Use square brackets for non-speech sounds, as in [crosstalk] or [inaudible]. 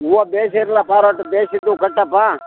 ಹೂವ ಭೇಷ್ ಇರ್ಲಪ್ಪ [unintelligible] ಭೇಷಿದ್ದ ಹೂ ಕಟ್ಟಪ್ಪ